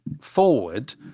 forward